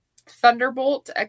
Thunderbolt